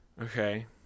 Okay